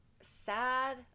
sad